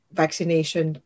vaccination